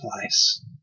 place